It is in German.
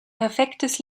perfektes